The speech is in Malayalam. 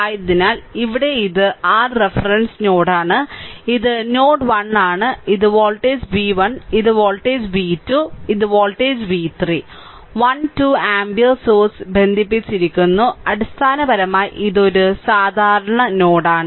അതിനാൽ ഇവിടെ ഇത് r റഫറൻസ് നോഡാണ് ഇത് നോഡ് 1 ആണ് ഇത് വോൾട്ടേജ് v1 ഇതാണ് വോൾട്ടേജ് v2 ഇത് വോൾട്ടേജ് v3 1 2 ആമ്പിയർ സോഴ്സ് ബന്ധിപ്പിച്ചിരിക്കുന്നു അടിസ്ഥാനപരമായി ഇത് ഒരു സാധാരണ നോഡാണ്